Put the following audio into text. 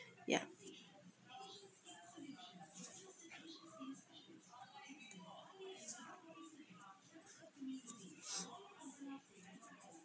ya